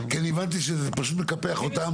כי אני הבנתי שזה פשוט מקפח אותם.